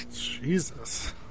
Jesus